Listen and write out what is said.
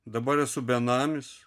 dabar esu benamis